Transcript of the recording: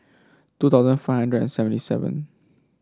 two thousand five hundred and seventy seven